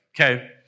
Okay